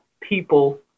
people